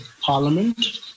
Parliament